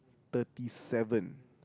thirty seven